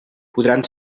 podran